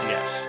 Yes